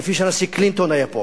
כפי שהנשיא קלינטון היה פה,